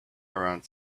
around